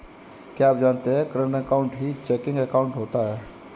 क्या आप जानते है करंट अकाउंट ही चेकिंग अकाउंट होता है